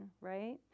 right